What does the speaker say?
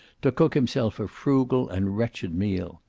to cook himself a frugal and wretched meal.